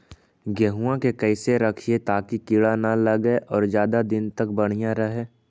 गेहुआ के कैसे रखिये ताकी कीड़ा न लगै और ज्यादा दिन तक बढ़िया रहै?